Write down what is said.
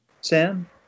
Sam